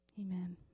amen